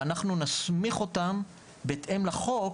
אנחנו נסמיך אותם בהתאם לחוק